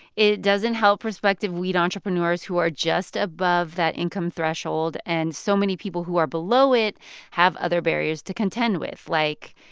it doesn't help prospective weed entrepreneurs who are just above that income threshold. and so many people who are below it have other barriers to contend with, like,